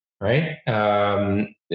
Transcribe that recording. right